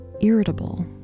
irritable